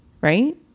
right